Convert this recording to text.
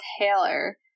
Taylor